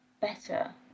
better